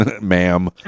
ma'am